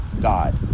god